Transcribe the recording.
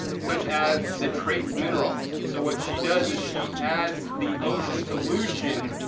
such as the trace minerals. so what she does is she adds the ocean solution,